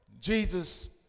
Jesus